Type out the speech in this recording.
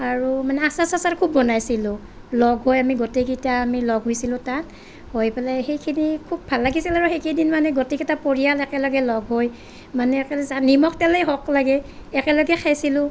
আৰু মানে আচাৰ চাচাৰ খুউব বনাইছিলোঁ লগ হৈ আমি গোটেইকেইটা আমি লগ হৈছিলোঁ তাত হৈ পেলাই সেইকেইদিন খুউব ভাল লাগিছিল আৰু সেইকেইদিন মানে গোটেইকেইটা পৰিয়াল একেলগে লগ হৈ মানে নিমখ তেলেই হওক লাগে একেলগে খাইছিলোঁ